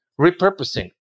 repurposing